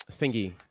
thingy